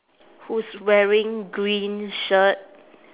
who's wearing green shirt